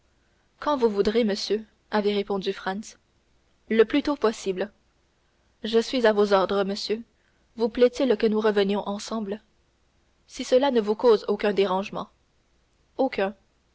quand vous voudrez monsieur avait répondu franz le plus tôt possible je suis à vos ordres monsieur vous plaît-il que nous revenions ensemble si cela ne vous cause aucun dérangement aucun